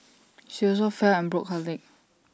she also fell and broke her leg